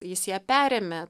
jis ją perėmė